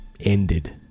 ended